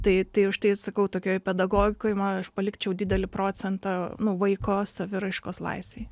tai tai už tai sakau tokioj pedagogikoj ma aš palikčiau didelį procentą nuo vaiko saviraiškos laisvei